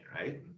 right